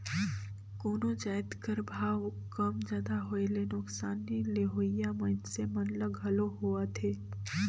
कोनो जाएत कर भाव कम जादा होए ले नोसकानी लेहोइया मइनसे मन ल घलो होएथे